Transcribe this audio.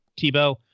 Tebow